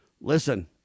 Listen